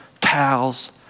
towels